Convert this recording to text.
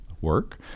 work